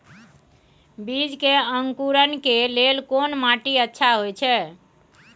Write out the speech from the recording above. बीज के अंकुरण के लेल कोन माटी अच्छा होय छै?